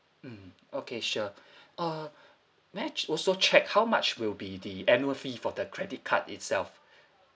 mm okay sure uh match also check how much will be the annual fee for the credit card itself